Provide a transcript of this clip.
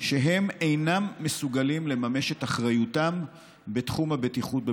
שהם אינם מסוגלים לממש את אחריותם בתחום הבטיחות בבנייה.